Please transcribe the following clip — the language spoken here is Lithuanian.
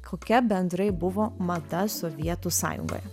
kokia bendrai buvo mada sovietų sąjungoje